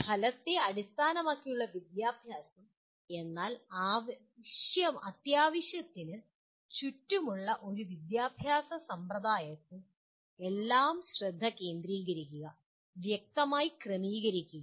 ഫലത്തെ അടിസ്ഥാനമാക്കിയുള്ള വിദ്യാഭ്യാസം എന്നാൽ "അത്യാവശ്യ" ത്തിന് ചുറ്റുമുള്ള ഒരു വിദ്യാഭ്യാസ സമ്പ്രദായത്തിൽ എല്ലാം ശ്രദ്ധ കേന്ദ്രീകരിക്കുക വ്യക്തമായി ക്രമീകരിക്കുക